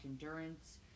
endurance